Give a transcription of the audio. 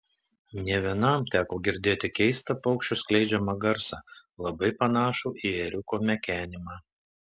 ne vienam teko girdėti keistą paukščių skleidžiamą garsą labai panašų į ėriuko mekenimą